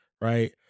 right